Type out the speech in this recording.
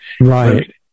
Right